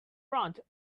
front